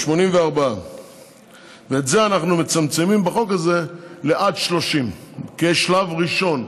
84. ואת זה אנחנו מצמצמים בחוק הזה לעד 30 בשלב ראשון.